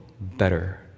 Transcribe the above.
better